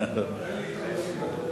אין לי התחייבות כזאת.